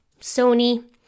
Sony